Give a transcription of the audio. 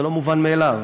זה לא מובן מאליו.